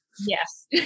Yes